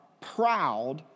proud